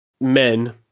men